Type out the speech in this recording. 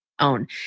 own